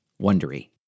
Wondery